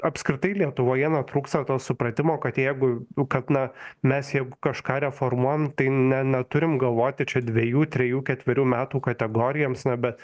apskritai lietuvoje na trūksta to supratimo kad jeigu kad na mes jeigu kažką reformuojam tai ne neturim galvoti čia dvejų trejų ketverių metų kategorijoms na bet